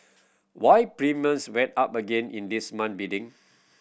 why premiums went up again in this month's bidding